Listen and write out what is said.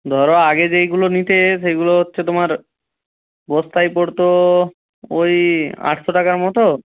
ধরো আগে যেইগুলো নিতে সেইগুলো হচ্ছে তোমার বস্তায় পড়তো ওই আটশো টাকার মতো